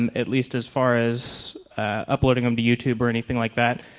and at least as far as uploading them to youtube or anything like that.